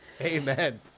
Amen